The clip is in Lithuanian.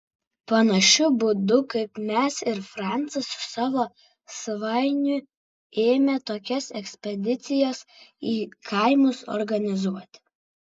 panašiu būdu kaip mes ir francas su savo svainiu ėmė tokias ekspedicijas į kaimus organizuoti